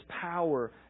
power